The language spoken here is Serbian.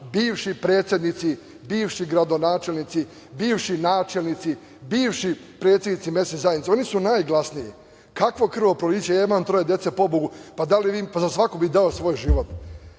bivši predsednici, bivši gradonačelnici, bivši načelnici, bivši predsednici mesnih zajednica. Oni su najglasniji. Kakvo krvoproliće? Ja imam troje dece, pobogu, pa za svako bih dao svoj život. Ko